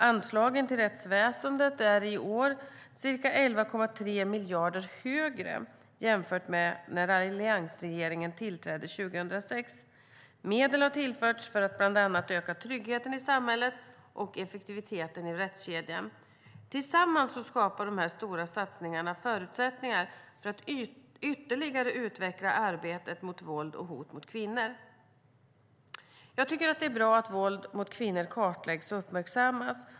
Anslagen till rättsväsendet är i år ca 11,3 miljarder högre jämfört med när alliansregeringen tillträdde 2006. Medel har tillförts för att bland annat öka tryggheten i samhället och effektiviteten i rättskedjan. Tillsammans skapar dessa stora satsningar förutsättningar för att ytterligare utveckla arbetet mot våld och hot mot kvinnor. Jag tycker att det är bra att våld mot kvinnor kartläggs och uppmärksammas.